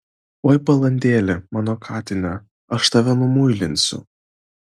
oi balandėli mano katine aš tave numuilinsiu